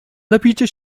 napijcie